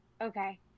Okay